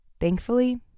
Thankfully